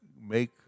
make